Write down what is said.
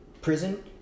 prison